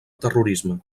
terrorisme